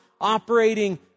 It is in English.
operating